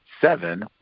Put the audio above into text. seven